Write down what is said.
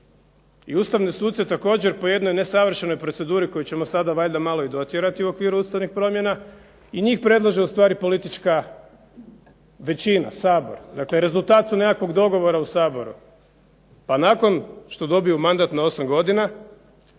i ustavne suce također po jednoj nesavršenoj proceduri koju ćemo sada valjda malo i dotjerati u okviru ustavnih promjena i njih predlaže ustvari politička većina, Sabor. Dakle rezultat su nekakvog dogovora u Saboru. pa nakon što dobiju mandat na 8 godina